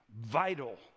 vital